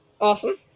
Awesome